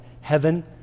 heaven